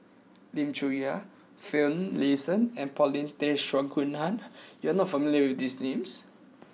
Lim Chong Yah Finlayson and Paulin Tay Straughan you are not familiar with these names